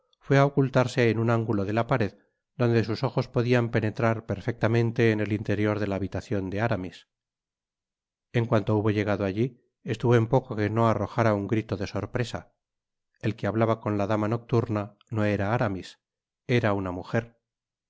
fué á ocultarse en un ángulo de la pared donde sus ojos podian penetrar perfectamente en el interior de la habitacion de aramis en cuanto hubo llegado allí estuvo en poco que no arrojara un grito de sorpresa el que hablaba con la dama nocturna no era aramis era una mujer